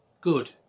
good